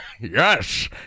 Yes